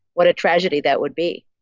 what a tragedy that would be.